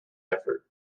effort